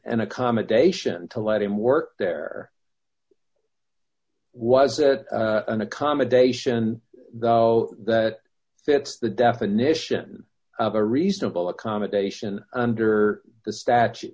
an accommodation to let him work there was a an accommodation so that fits the definition of a reasonable accommodation under the statute